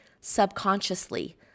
subconsciously